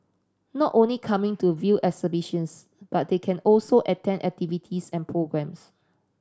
not only coming to view exhibitions but they can also attend activities and programmes